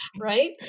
right